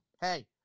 hey